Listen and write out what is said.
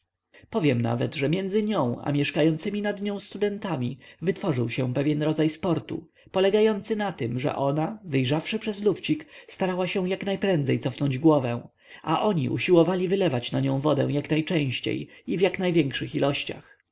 powiem nawet że między nią a mieszkającymi nad nią studentami wytworzył się pewien rodzaj sportu polegający na tem że ona wyjrzawszy przez lufcik starała się jak najprędzej cofnąć głowę a oni usiłowali wylewać na nią wodę jak najczęściej i w jak największych ilościach